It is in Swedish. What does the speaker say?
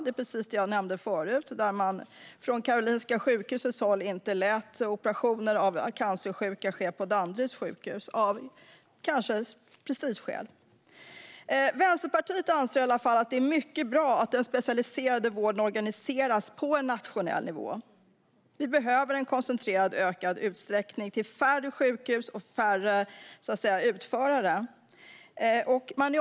Jag nämnde förut att Karolinska Universitetssjukhuset inte lät operationer av cancersjuka ske på Danderyds sjukhus - kanske av prestigeskäl. Vänsterpartiet anser att det är mycket bra att den specialiserade vården organiseras på en nationell nivå. Vi behöver en mer koncentrerad högspecialiserad vård, till färre sjukhus och till färre utförare.